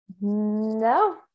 no